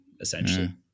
essentially